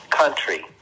country